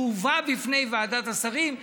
הוא הובא בפני ועדת השרים.